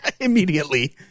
immediately